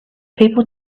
people